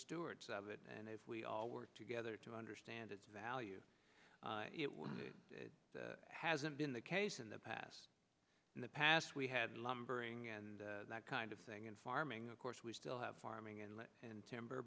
stewards of it and if we all work together to understand it's value hasn't been the case in the past in the past we had lumbering and that kind of thing and farming of course we still have farming and and timber